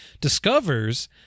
discovers